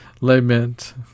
Lament